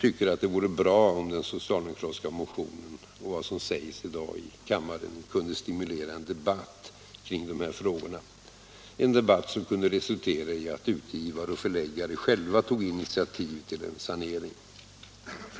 Det vore bra om den socialdemokratiska motionen och vad som sägs här i dag i kammaren kunde stimulera till en debatt kring de här frågorna, en debatt som kunde resultera i att utgivare och förläggare själva tog initiativ till en sanering.